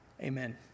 amen